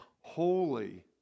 holy